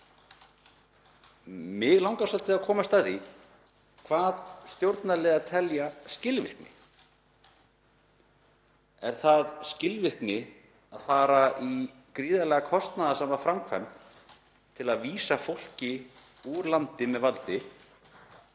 Mig langar svolítið að komast að því hvað stjórnarliðar telja skilvirkni. Er það skilvirkni að fara í gríðarlega kostnaðarsama framkvæmd til að vísa fólki úr landi með valdi?